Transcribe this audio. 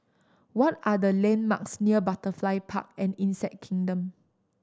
what are the landmarks near Butterfly Park and Insect Kingdom